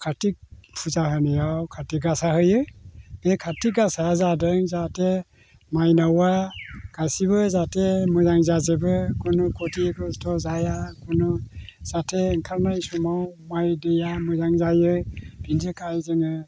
कार्तिक फुजा होनायाव कार्तिक गासा होयो बे कार्तिक गासाया जादों जाहाथे माइनावआ गासैबो जाहाथे मोजां जाजोबो खुनु खथि खस्थ' जाया खुनु जाहाथे ओंखारनाय समाव माइ दैया मोजां जायो बिनि थाखाय जोङो